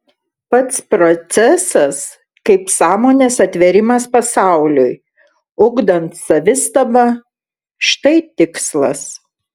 pats procesas kaip sąmonės atvėrimas pasauliui ugdant savistabą štai tikslas